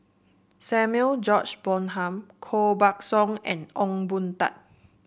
Samuel George Bonham Koh Buck Song and Ong Boon Tat